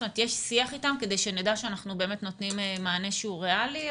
יש שיח איתם כדי שנדע שאנחנו באמת נותנים מענה שהוא ריאלי?